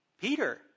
Peter